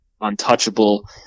untouchable